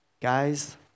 guys